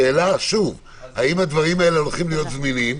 השאלה שוב, האם הדברים האלה הולכים להיות זמינים?